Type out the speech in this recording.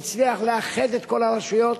שהצליח לאחד את כל הרשויות,